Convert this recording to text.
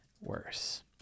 worse